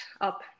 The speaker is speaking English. up